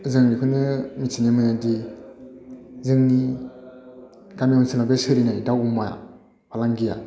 जों बेखौनो मिन्थिनो मोनोदि जोंनि गामि ओनसोलाव सोलिनाय बे दाउ अमा फालांगिया